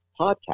podcast